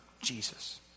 Jesus